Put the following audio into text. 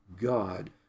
God